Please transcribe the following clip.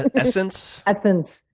essence? essence,